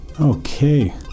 Okay